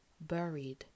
buried